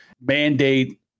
mandate